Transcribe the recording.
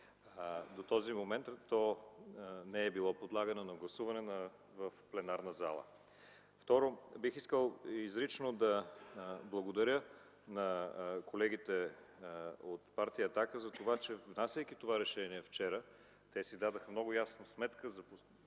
До този момент то не е било подлагано на гласуване в пленарна зала. Второ, бих искал изрично да благодаря на колегите от Партия „Атака” за това, че внасяйки това решение вчера, те си дадоха много ясно сметка за последствията,